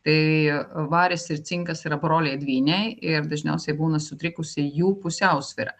tai varis ir cinkas yra broliai dvynia ir dažniausiai būna sutrikusi jų pusiausvyra